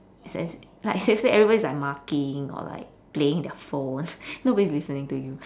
it's as like seriously everybody is like marking or like playing their phone nobody's listening to you